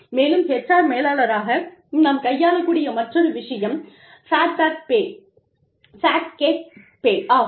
மேலும் HR மேலாளர்களாக நாம் கையாளக் கூடிய மற்றொரு விஷயம் ஃபேட் கேட் பே ஆகும்